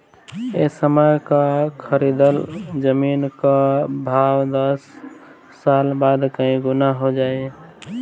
ए समय कअ खरीदल जमीन कअ भाव दस साल बाद कई गुना हो जाई